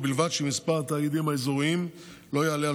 ובלבד שמספר התאגידים האזוריים לא יעלה על